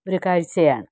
ഒരു കാഴ്ച്ചയാണ്